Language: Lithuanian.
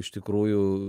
iš tikrųjų